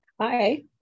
Hi